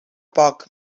poc